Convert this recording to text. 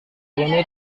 ini